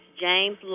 James